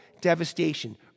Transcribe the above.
devastation